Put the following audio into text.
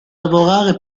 lavorare